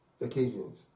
occasions